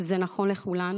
זה נכון לכולנו,